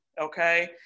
Okay